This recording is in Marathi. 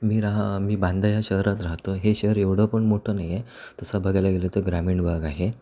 मी रहा मी बांदा या शहरात राहतो आहे हे शहर एवढंपण मोठं नाही आहे तसं बघायला गेलं तर ग्रामीण भाग आहे